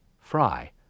Fry